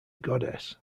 goddess